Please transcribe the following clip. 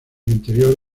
interior